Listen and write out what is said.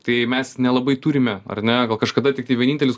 tai mes nelabai turime ar ne kažkada tiktai vienintelis